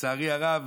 לצערי הרב,